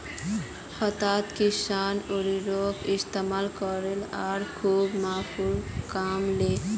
हताश किसान उर्वरकेर इस्तमाल करले आर खूब मुनाफ़ा कमा ले